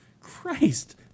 Christ